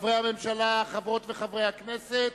רבותי חברי הכנסת,